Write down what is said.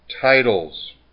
titles